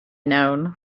known